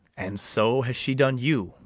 and so has she done you,